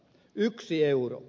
yksi euro